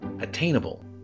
attainable